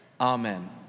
Amen